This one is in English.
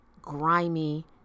grimy